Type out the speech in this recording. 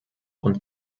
und